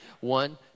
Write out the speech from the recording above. one